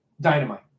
dynamite